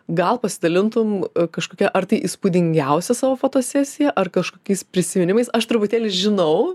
gal pasidalintum kažkokia ar tai įspūdingiausia savo fotosesija ar kažkokiais prisiminimais aš truputėlį žinau